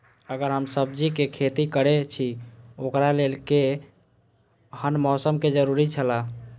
अगर हम सब्जीके खेती करे छि ओकरा लेल के हन मौसम के जरुरी छला?